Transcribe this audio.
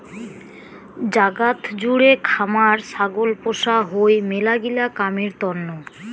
জাগাত জুড়ে খামার ছাগল পোষা হই মেলাগিলা কামের তন্ন